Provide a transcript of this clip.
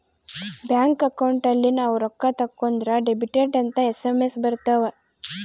bank account ಅಲ್ಲಿ ನಾವ್ ರೊಕ್ಕ ತಕ್ಕೊಂದ್ರ ಡೆಬಿಟೆಡ್ ಅಂತ ಎಸ್.ಎಮ್.ಎಸ್ ಬರತವ